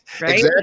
Right